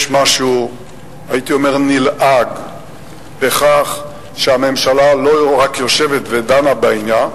יש משהו הייתי אומר נלעג בכך שהממשלה לא רק יושבת ודנה בעניין.